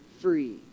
free